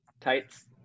Tights